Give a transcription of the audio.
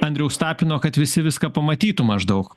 andriaus tapino kad visi viską pamatytų maždaug